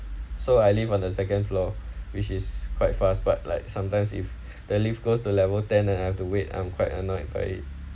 so I live on the second floor which is quite fast but like sometimes if the lift goes to level ten and I have to wait I'm quite annoyed by it